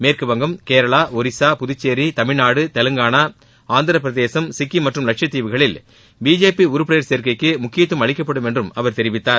மேற்குவங்கம் கேரளா ஒரிசா புதுச்சேரி தமிழ்நாடு தெலுங்கானா ஆந்திரபிரதேசம் சிக்கிம் மற்றும் லட்சத்தீவுகளில் பிஜேபி உறுப்பினர் சேர்க்கைக்கு முக்கியத்துவம் அளிக்கப்படும் என்றும் அவர் தெரிவித்தார்